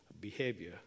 behavior